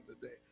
today